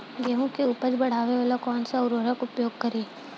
गेहूँ के उपज बढ़ावेला कौन सा उर्वरक उपयोग करीं?